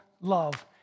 love